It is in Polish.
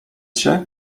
się